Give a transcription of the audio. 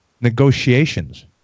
negotiations